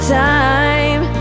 time